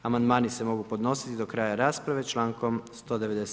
Amandmani se mogu podnositi do kraja rasprave člankom 197.